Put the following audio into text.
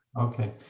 Okay